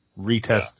retest